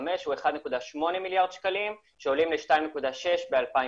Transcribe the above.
הוא 1.8 מיליארד שקלים שעולים ל-2.6 ב-2030.